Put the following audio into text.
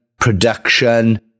production